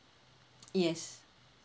yes